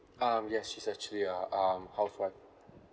um yes she's actually a um housewife